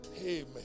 Amen